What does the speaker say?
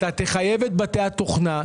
אתה תחייב את בתי התוכנה.